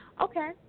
Okay